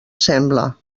sembla